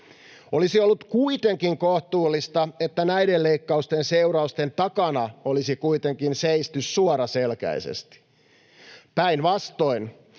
Olisi ollut kuitenkin kohtuullista, että näiden leikkausten seurausten takana olisi kuitenkin seisty suoraselkäisesti. Päinvastoin,